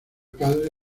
padre